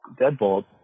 deadbolt